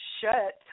shut